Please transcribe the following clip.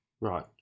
Right